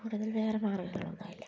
കൂടുതൽ വേറെ മാർഗ്ഗങ്ങളൊന്നുമില്ല